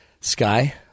Sky